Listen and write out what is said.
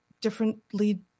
differently